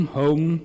home